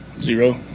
Zero